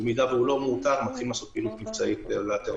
אם הוא לא מאותר מתחים לעשות פעילות מבצעים כדי לאתר אותו.